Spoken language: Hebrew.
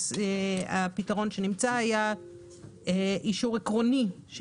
הפתרון שנמצא היה אישור עקרוני של